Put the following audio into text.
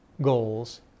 goals